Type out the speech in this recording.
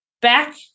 Back